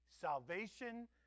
salvation